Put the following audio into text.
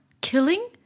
Killing